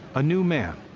a new man,